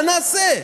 מה נעשה?